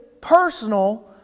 personal